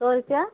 सौ रुपया